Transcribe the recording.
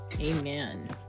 Amen